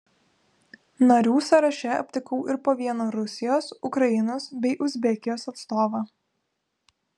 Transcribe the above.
narių sąraše aptikau ir po vieną rusijos ukrainos bei uzbekijos atstovą